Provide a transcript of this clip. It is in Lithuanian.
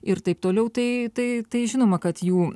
ir taip toliau tai tai tai žinoma kad jų